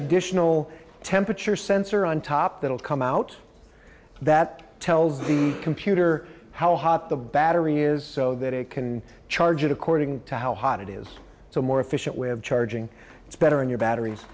additional temperature sensor on top that will come out that tells the computer how hot the battery is so that it can charge it according to how hot it is so more efficient way of charging it's better in your batteries